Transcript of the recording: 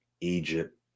Egypt